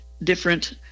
different